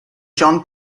john